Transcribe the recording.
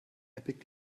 epic